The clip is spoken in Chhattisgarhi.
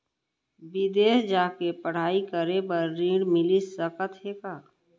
बिदेस जाके पढ़ई करे बर ऋण मिलिस सकत हे का?